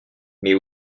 mais